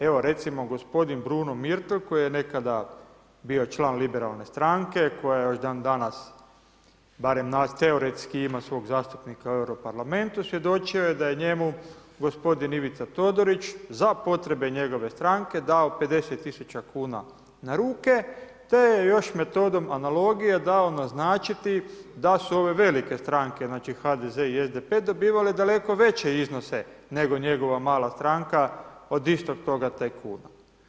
Evo recimo gospodin Bruno Mirtl koji je nekada bio član Liberalne stranke koja je još dan danas barem teoretski ima svog zastupnika u Europarlamentu svjedočio je da je njemu gospodin Ivica Todorić za potrebe njegove stranke dao 50 000 kuna na ruke, te je još metodom analogije dao naznačiti da su ove velike stranke, znači HDZ i SDP dobivale daleko veće iznose nego njegova mala stranka od istog toga tajkuna.